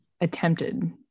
attempted